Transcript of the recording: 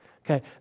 okay